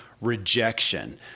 rejection